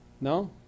No